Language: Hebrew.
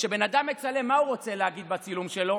כשאדם מצלם מה הוא רוצה להגיד בצילום שלו?